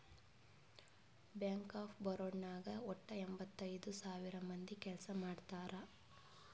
bank of Baroda ನಾಗ್ ವಟ್ಟ ಎಂಭತ್ತೈದ್ ಸಾವಿರ ಮಂದಿ ಕೆಲ್ಸಾ ಮಾಡ್ತಾರ್